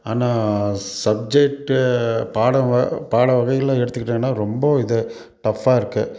ஆனால் சப்ஜெக்ட்டு பாடம் பாடம் வகையில் எடுத்துக்கிட்டோம்னா ரொம்ப இது டஃபாக இருக்குது